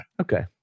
Okay